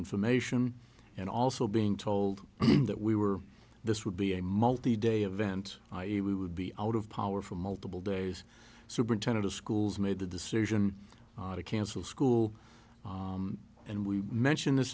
information and also being told that we were this would be a multi day event i e we would be out of power for multiple days superintendent of schools made the decision to cancel school and we mention this